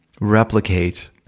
replicate